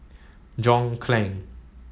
John Clang